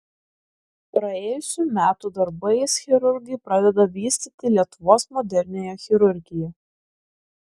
praėjusių metų darbais chirurgai pradeda vystyti lietuvos moderniąją chirurgiją